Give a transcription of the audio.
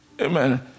Amen